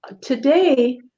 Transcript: today